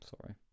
sorry